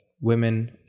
women